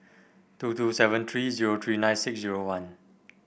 two two seven three zero three nine six zero one